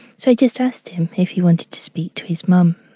so i just asked him if he wanted to speak to his mum,